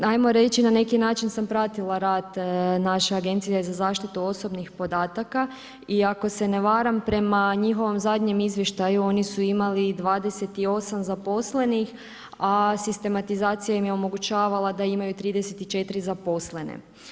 Ajmo reći na neki način sam pratila rad naše Agencije za zaštitu osobnih podataka i ako se ne varam prema njihovom zadnjem izvještaju, oni su imali 28 zaposlenih, a sistematizacija im je omogućavala da imaju 34 zaposlene.